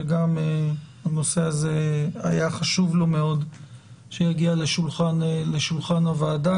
שגם הנושא הזה היה חשוב לו מאוד שיגיע לשולחן הוועדה